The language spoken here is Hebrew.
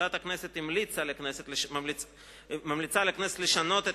ועדת הכנסת ממליצה לכנסת לשנות את